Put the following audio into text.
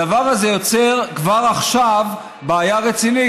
הדבר הזה יוצר כבר עכשיו בעיה רצינית,